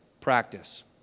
practice